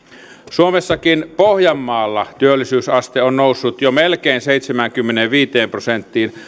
suomessakin pohjanmaalla työllisyysaste on noussut jo melkein seitsemäänkymmeneenviiteen prosenttiin